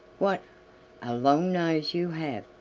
what a long nose you have!